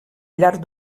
llarg